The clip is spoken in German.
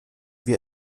wir